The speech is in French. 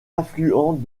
affluent